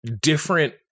different